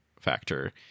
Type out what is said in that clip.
factor